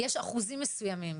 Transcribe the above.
יש אחוזים מסוימים.